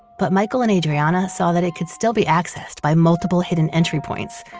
but michael and adriana saw that it could still be accessed by multiple hidden entry-points,